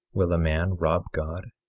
will a man rob god?